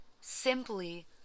simply